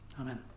Amen